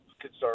Concern